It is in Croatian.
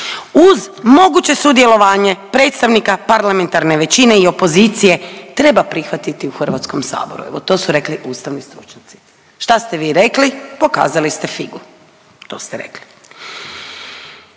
uz moguće sudjelovanje predstavnika parlamentarne većine i opozicije treba prihvatiti u Hrvatskom saboru. Evo to su rekli ustavni stručnjaci. Šta ste vi rekli? Pokazali ste figu, to ste rekli.